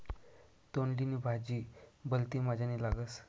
तोंडली नी भाजी भलती मजानी लागस